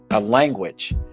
language